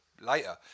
later